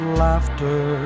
laughter